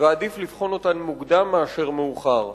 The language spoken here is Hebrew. ועדיף לבחון אותן מוקדם מאשר מאוחר.